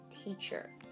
teacher